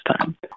time